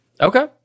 Okay